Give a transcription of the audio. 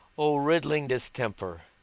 o riddling distemper,